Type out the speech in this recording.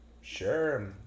Sure